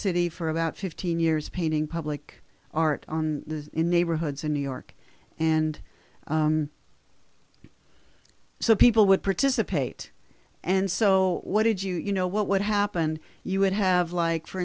city for about fifteen years painting public art in neighborhoods in new york and so people would participate and so what did you know what would happen you would have like for